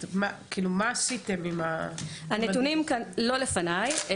מה עשיתם עם --- הנתונים לא לפניי.